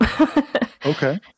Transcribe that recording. Okay